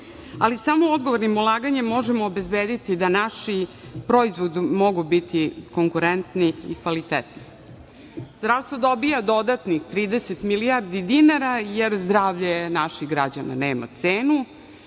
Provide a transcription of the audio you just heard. ali samo odgovornim ulaganjem možemo obezbediti da naši proizvodi mogu biti konkurentni i kvalitetni. Zdravstvo dobija dodatnih 30 milijardi dinara jer zdravlje naših građana nema cenu